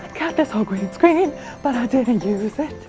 got this whole green screen but i didn't use it!